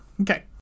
Okay